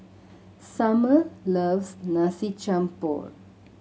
Summer loves Nasi Campur